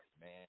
man